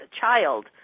child